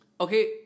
Okay